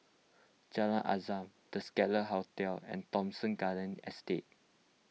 Jalan Azam the Scarlet Hotel and Thomson Garden Estate